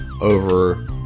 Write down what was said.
over